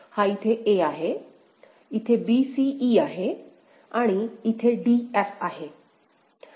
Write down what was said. हा इथे a आहे इथे b c e आहे आणि इथे d f आहे